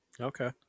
Okay